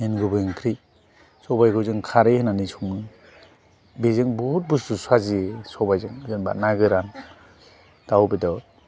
मेइन गुबै ओंख्रि सबाइखौ जों खारै होनानै सङो बेजों बहुद बुस्ति साजियो सबाइजों जेनेबा ना गोरान दाउ बेदर